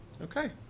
Okay